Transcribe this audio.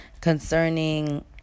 concerning